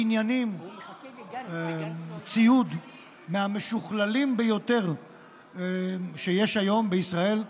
בניינים, ציוד מהמשוכללים ביותר שיש היום בישראל.